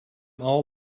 all